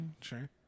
sure